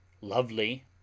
lovely